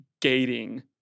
gating